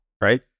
right